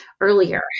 earlier